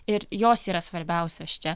ir jos yra svarbiausios čia